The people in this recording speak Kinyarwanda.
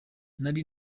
nari